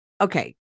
okay